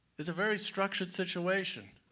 is a very structured situation.